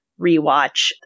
rewatch